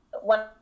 one